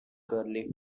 curly